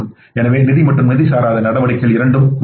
எனவே நிதி மற்றும் நிதி சாராத நடவடிக்கைகள் இரண்டும் முக்கியம்